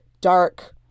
dark